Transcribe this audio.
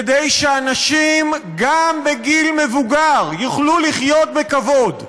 כדי שאנשים, גם בגיל מבוגר, יוכלו לחיות בכבוד.